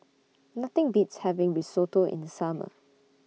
Nothing Beats having Risotto in The Summer